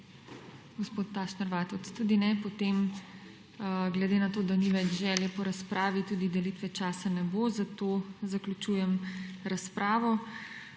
Gospod Tašner Vatovec tudi ne, potem glede na to, da ni več želje po razpravi tudi delitve časa ne bo. Zaključujem razpravo.